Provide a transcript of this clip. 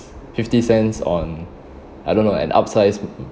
fifty cents on I don't know an up-size